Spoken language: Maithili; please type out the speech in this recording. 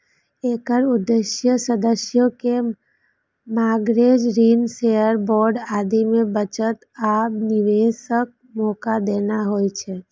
एकर उद्देश्य सदस्य कें मार्गेज, ऋण, शेयर, बांड आदि मे बचत आ निवेशक मौका देना होइ छै